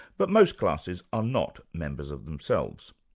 but most classes are not members of themselves.